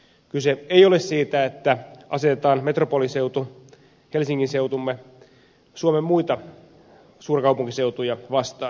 kyse ei ole siitä että asetetaan metropoliseutu helsingin seutumme suomen muita suurkaupunkiseutuja vastaan